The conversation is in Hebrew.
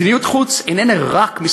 מדיניות חוץ אינה מסתכמת